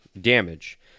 Damage